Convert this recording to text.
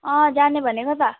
अँ जाने भनेको त